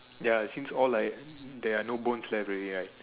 ya since all like there are no bones left already right